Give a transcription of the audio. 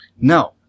Now